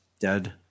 dead